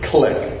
Click